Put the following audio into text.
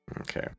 Okay